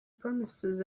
promises